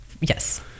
yes